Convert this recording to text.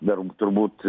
vėl turbūt